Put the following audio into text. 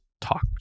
talk